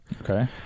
okay